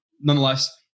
nonetheless